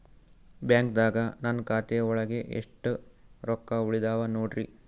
ಬ್ಯಾಂಕ್ದಾಗ ನನ್ ಖಾತೆ ಒಳಗೆ ಎಷ್ಟ್ ರೊಕ್ಕ ಉಳದಾವ ನೋಡ್ರಿ?